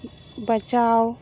बचाओ